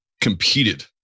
competed